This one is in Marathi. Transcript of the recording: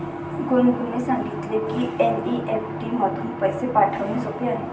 गुनगुनने सांगितले की एन.ई.एफ.टी मधून पैसे पाठवणे सोपे आहे